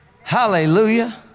Hallelujah